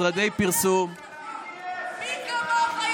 די כבר.